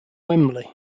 wembley